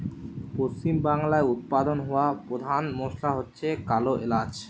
পশ্চিমবাংলায় উৎপাদন হওয়া পোধান মশলা হচ্ছে কালো এলাচ